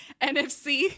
NFC